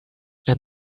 and